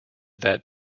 that